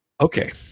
Okay